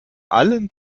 allen